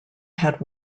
had